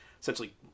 essentially